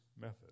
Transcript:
method